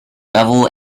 bevel